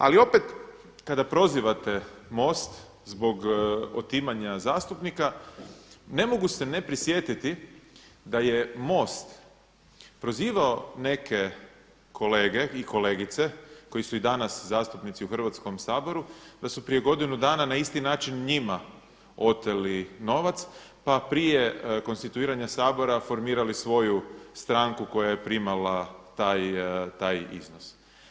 Ali opet kada prozivate MOST zbog otimanja zastupnika, ne mogu se ne prisjetiti da je MOST prizivao neke kolegice i kolege koji su i danas zastupnici u Hrvatskom saboru, da su prije godinu dana na isti način njima oteli novac pa prije konstituiranja Sabora formirali svoju stranku koja je primala taj iznos.